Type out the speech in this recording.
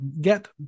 get